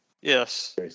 Yes